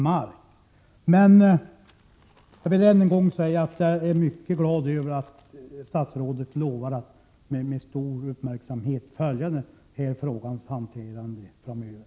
Jag vill emellertid än en gång säga att jag är mycket glad över att statsrådet lovat att med stor uppmärksamhet följa frågans hantering framöver.